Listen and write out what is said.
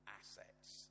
assets